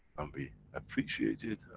and we appreciate it,